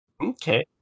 okay